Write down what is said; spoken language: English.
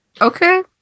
okay